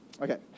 Okay